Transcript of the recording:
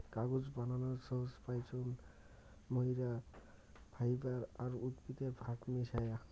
কাগজ বানানোর সোর্স পাইচুঙ মুইরা ফাইবার আর উদ্ভিদের ভাগ মিশায়া